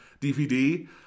dvd